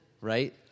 right